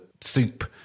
soup